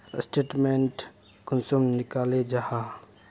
Statement कुंसम निकले जाहा?